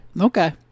Okay